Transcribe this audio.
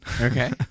Okay